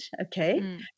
okay